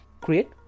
create